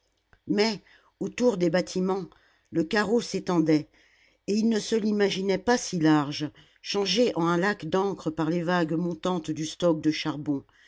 mais autour des bâtiments le carreau s'étendait et il ne se l'imaginait pas si large changé en un lac d'encre par les vagues montantes du stock de charbon